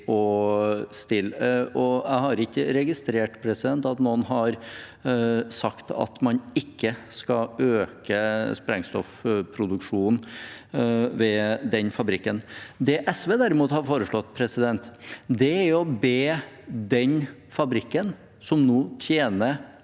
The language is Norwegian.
Jeg har ikke registrert at noen har sagt at man ikke skal øke sprengstoffproduksjonen ved den fabrikken. Det SV derimot har foreslått, er å be den fabrikken, som nå tjener